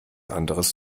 anderes